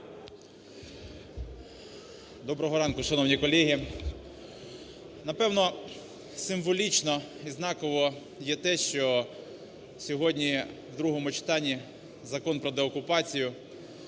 Доброго ранку, шановні колеги. Напевно, символічно і знаково є те, що сьогодні у другому читанні Закон про деокупацію